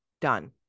done